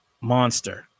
monster